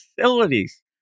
facilities